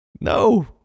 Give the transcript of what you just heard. No